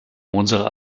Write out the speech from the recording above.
unsere